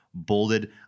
bolded